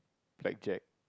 Blackjack